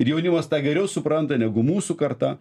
ir jaunimas tą geriau supranta negu mūsų karta